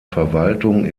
verwaltung